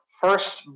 first